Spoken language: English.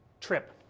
trip